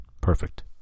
Perfect